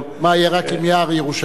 מה יהיה רק עם יער ירושלים?